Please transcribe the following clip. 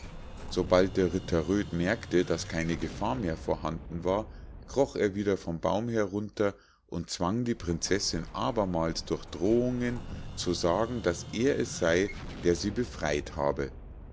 sobald der ritter röd merkte daß keine gefahr mehr vorhanden war kroch er wieder vom baum herunter und zwang die prinzessinn abermals durch drohungen zu sagen daß er es sei der sie befrei't habe